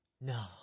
no